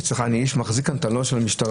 אני מחזיק כאן את הנוהל של המשטרה,